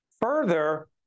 Further